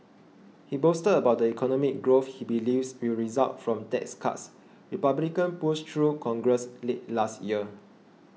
he boasted about the economic growth he believes will result from tax cuts Republicans pushed through Congress late last year